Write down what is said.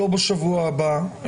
לא בשבוע הבא,